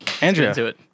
Andrea